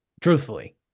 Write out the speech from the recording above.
truthfully